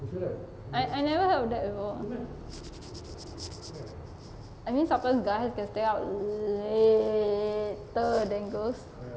I I never heard of that I mean sometimes guys can stay out later than girls